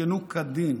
הותקנו כדין.